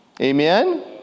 Amen